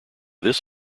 this